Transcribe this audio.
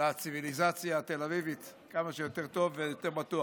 לציוויליזציה התל-אביבית כמה שיותר טוב ויותר בטוח.